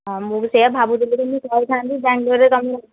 ହଁ ମୁଁ ବି ସେଇଆ ଭାବୁଥିଲି କି ମୁଁ କହିଥାନ୍ତି ବେଙ୍ଗଲୋରରେ ତୁମେ